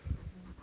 ya